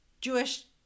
Jewish